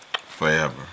forever